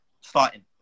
starting